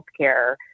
healthcare